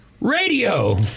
Radio